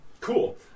Cool